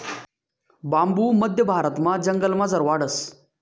बांबू मध्य भारतमा जंगलमझार वाढस